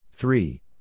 Three